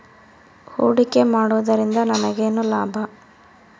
ಹೂಡಿಕೆ ಮಾಡುವುದರಿಂದ ನನಗೇನು ಲಾಭ?